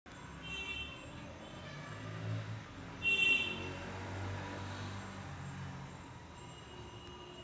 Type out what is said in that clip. nerium ऑलिंडरच्या लागवडीत रासायनिक खतांचा वापर केला जात नाही